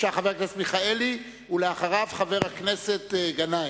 חבר הכנסת מיכאלי, ואחריו, חבר הכנסת גנאים,